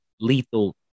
lethal